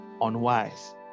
unwise